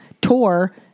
Tour